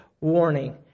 warning